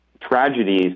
tragedies